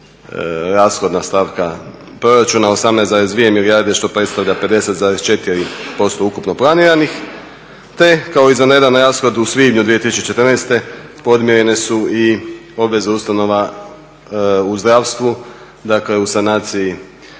rashodna stavka proračuna 18,2 milijarde što predstavlja 50,4% ukupno planiranih te kao izvanredan rashod u svibnju 2014. podmirene su i obveze ustanova u zdravstvu, dakle u sanaciji